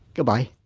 goodbye